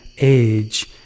age